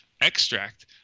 extract